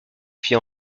fit